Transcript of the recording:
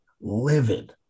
livid